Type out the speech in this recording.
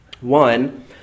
One